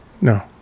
No